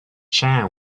chan